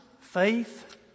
faith